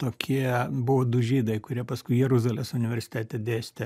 tokie buvo du žydai kurie paskui jeruzalės universitete dėstė